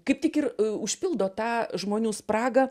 kaip tik ir užpildo tą žmonių spragą